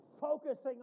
focusing